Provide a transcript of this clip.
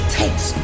takes